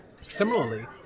Similarly